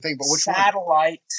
Satellite